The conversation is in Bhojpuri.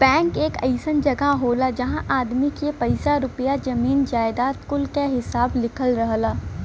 बैंक एक अइसन जगह होला जहां आदमी के पइसा रुपइया, जमीन जायजाद कुल क हिसाब लिखल रहला